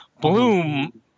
bloom